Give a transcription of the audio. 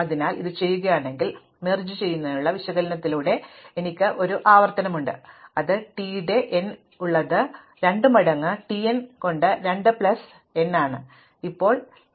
അതിനാൽ ഞാൻ ഇത് ചെയ്യുകയാണെങ്കിൽ ലയനം അടുക്കുന്നതിനുള്ള വിശകലനത്തിലൂടെ എനിക്ക് ഒരു ആവർത്തനമുണ്ട് അത് t ന്റെ n ഉള്ളത് 2 മടങ്ങ് t n കൊണ്ട് 2 പ്ലസ് n ആണ് ഇപ്പോൾ നമ്മൾ ഇത് ഓർഡർ n ലോഗ് n ആണ്